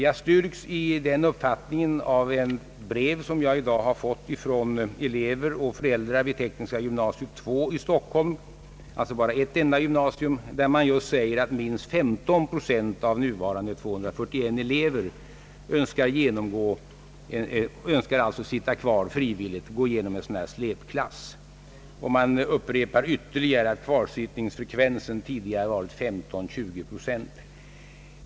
Jag styrks i denna uppfattning av brev som jag i dag har fått från föräldrar och elever vid tekniska gymnasiet II i Stockholm — alltså bara ett enda gymnasium — där man just säger att minst 15 procent av nuvarande 241 elever önskar sitta kvar frivilligt och gå igenom en sådan här släpklass. Man meddelar ytterligare att kvarsittningsfrekvensen tidigare varit 15—20 procent.